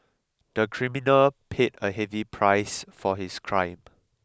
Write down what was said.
the criminal paid a heavy price for his crime